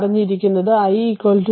ഇപ്പോൾ അറിഞ്ഞിരിക്കുന്നത് i c dvdt